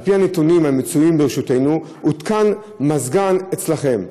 על-פי הנתונים המצויים ברשותנו הותקן מזגן אצלכם.